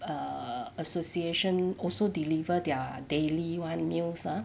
err association also deliver their daily one meals ah